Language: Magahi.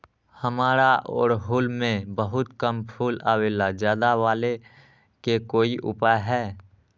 हमारा ओरहुल में बहुत कम फूल आवेला ज्यादा वाले के कोइ उपाय हैं?